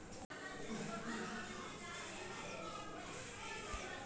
तापमान के थर्मामीटर से भी नापल जा हइ